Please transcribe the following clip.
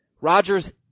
Rodgers